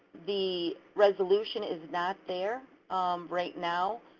the resolution is not there right now,